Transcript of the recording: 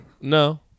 No